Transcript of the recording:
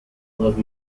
love